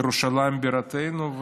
ירושלים בירתנו,